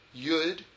Yud